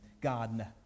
gardener